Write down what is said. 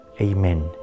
Amen